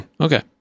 Okay